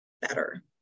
better